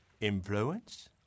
influence